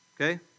okay